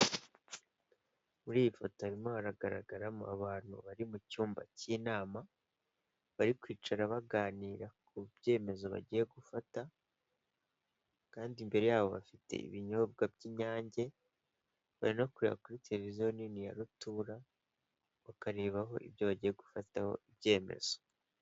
Muri iyi foto harimo hagaragaramo abantu bari mu cyumba cy'inama, bari kwicara baganira ku byemezo bagiye gufata, kandi imbere yabo bafite ibinyobwa by'inyange, bari no kureba kuri televiziyo nini ya rutura, bakarebaho ibyo bagiye gufataho ibyemezo.